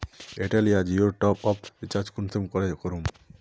Airtel या जियोर top up recharge कुंसम करे करूम?